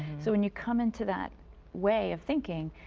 so, when you come into that way of thinking,